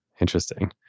Interesting